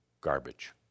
garbage